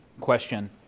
question